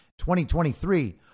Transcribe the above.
2023